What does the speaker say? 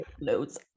loads